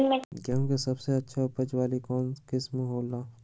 गेंहू के सबसे अच्छा उपज वाली कौन किस्म हो ला?